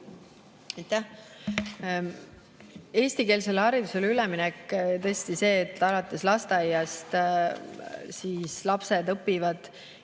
Eestikeelsele haridusele üleminek, tõesti see, et lasteaias lapsed õpivad